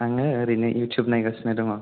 आङो ओरैनो इउटुब नायगासिनो दङ